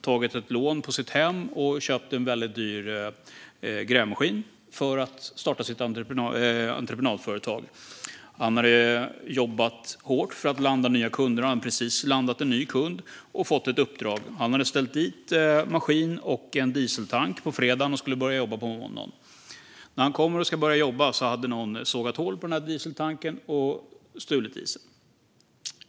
Han hade tagit lån på sitt hem och köpt en väldigt dyr grävmaskin för att starta sitt entreprenadföretag. Han hade jobbat hårt för att landa nya kunder och hade precis fått ett uppdrag. Han hade ställt dit maskinen och en dieseltank på fredagen och skulle börja jobba på måndagen, men när han kom för att börja jobba hade någon sågat hål på dieseltanken och stulit dieseln.